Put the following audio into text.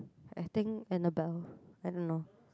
I think Annabelle I don't know